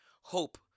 hope